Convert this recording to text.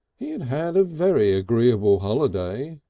he had had a very agreeable holiday.